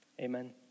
amen